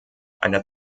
einer